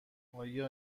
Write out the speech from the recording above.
آیا